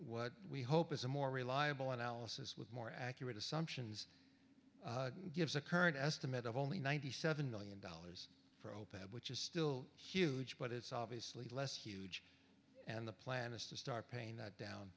what we hope is a more reliable analysis with more accurate assumptions gives a current estimate of only ninety seven million dollars bad which is still huge but it's obviously less huge and the plan is to start paying that down